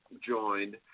joined